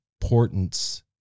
importance